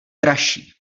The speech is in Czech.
dražší